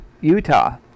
Utah